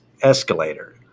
escalator